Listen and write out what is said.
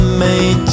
made